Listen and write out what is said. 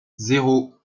zéro